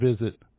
visit